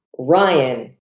Ryan